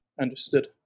understood